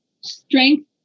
strength